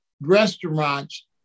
restaurants